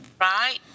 right